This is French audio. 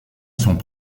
sont